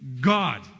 God